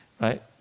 right